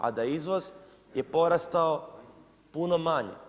A da izvoz je porastao puno manje.